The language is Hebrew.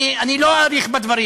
אני לא אאריך בדברים.